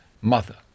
mother